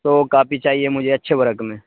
سو copy چاہیے مجھے اچھے ورق میں